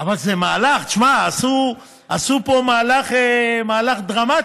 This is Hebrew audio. אבל זה מהלך, שמע, עשו פה מהלך דרמטי: